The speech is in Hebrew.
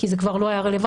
כי זה כבר לא היה רלוונטי,